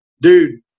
Dude